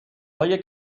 های